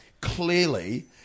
clearly